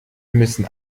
müssen